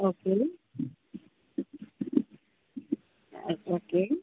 हो केली okay okay